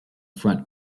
front